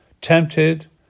tempted